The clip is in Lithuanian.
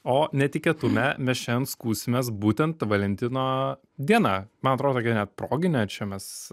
o netikėtume mes šiandien skųsimės būtent valentino diena man atrodo gi net proginę čia mes